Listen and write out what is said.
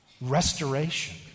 restoration